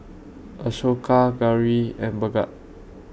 Ashoka Gauri and Bhagat